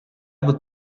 would